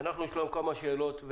יש לנו כמה שאלות.